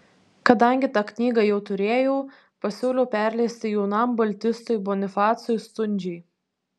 kadangi tą knygą jau turėjau pasiūliau perleisti jaunam baltistui bonifacui stundžiai